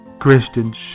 Christian